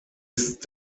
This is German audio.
ist